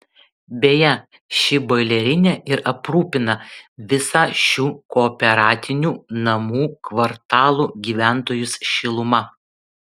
beje ši boilerinė ir aprūpina visą šių kooperatinių namų kvartalų gyventojus šiluma